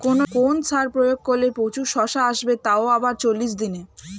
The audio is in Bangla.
কোন সার প্রয়োগ করলে প্রচুর শশা আসবে তাও আবার চল্লিশ দিনে?